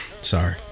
sorry